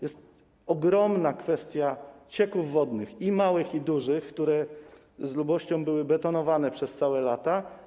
Jest ogromna kwestia cieków wodnych, małych i dużych, które z lubością były betonowane przez całe lata.